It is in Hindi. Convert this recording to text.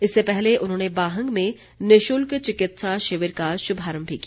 इससे पहले उन्होंने बाहंग में निशुल्क चिकित्सा शिविर का शुभारम्भ भी किया